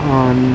on